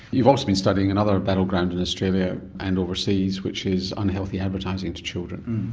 you've also been studying another battleground in australia and overseas which is unhealthy advertising to children.